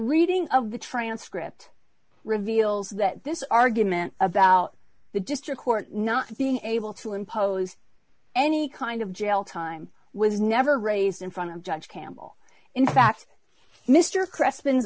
reading of the transcript reveals that this argument about the district court not being able to impose any kind of jail time was never raised in front of judge campbell in fact mr crispin